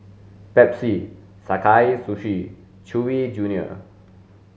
Pepsi Sakae Sushi and Chewy junior